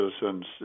citizens